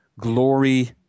glory